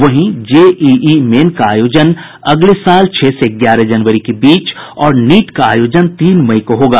वहीं JEE Main का आयोजन अगले साल छह से ग्यारह जनवरी के बीच और नीट का आयोजन तीन मई को होगा